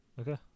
okay